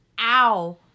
ow